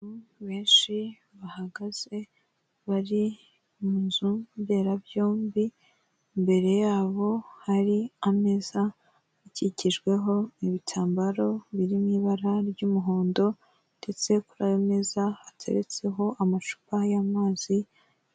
Abantu benshi bahagaze bari mu nzu mberabyombi, imbere yabo hari ameza akikijweho ibitambaro biri mu ibara ry'umuhondo ndetse kuri ayo meza hateretseho amacupa y'amazi.